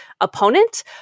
opponent